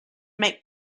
make